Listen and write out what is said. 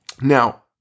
Now